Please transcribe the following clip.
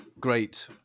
great